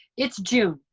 it's june,